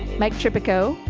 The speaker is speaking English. mike trimaco,